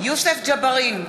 יוסף ג'בארין,